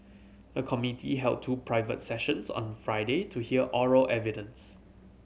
the committee held two private sessions on Friday to hear oral evidence